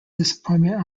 disappointment